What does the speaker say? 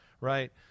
Right